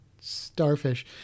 starfish